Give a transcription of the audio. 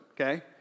okay